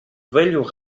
velho